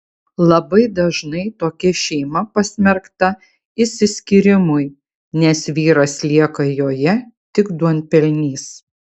labai dažnai tokia šeima pasmerkta išsiskyrimui nes vyras lieka joje tik duonpelnys